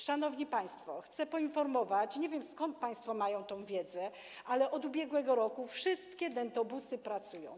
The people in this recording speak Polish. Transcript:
Szanowni państwo, chcę poinformować - nie wiem, skąd państwo mają taką wiedzę - że od ubiegłego roku wszystkie dentobusy pracują.